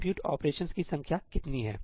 compute ऑपरेशनकी संख्या कितनी है